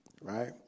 right